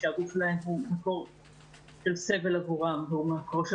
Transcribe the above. כשהגוף שלהם הוא מקור של סבל עבורם והוא מקור של